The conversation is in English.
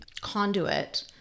conduit